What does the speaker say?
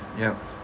yup